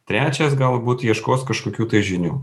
trečias galbūt ieškos kažkokių tai žinių